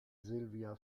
silvia